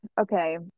Okay